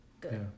good